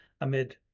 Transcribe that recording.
amid